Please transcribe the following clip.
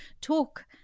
talk